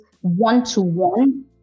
one-to-one